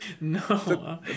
No